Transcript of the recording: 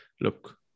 look